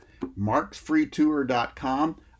MarksFreeTour.com